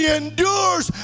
endures